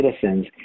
citizens